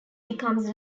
becomes